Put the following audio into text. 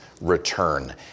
return